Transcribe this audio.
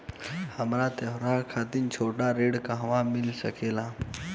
हमरा त्योहार खातिर छोटा ऋण कहवा मिल सकेला?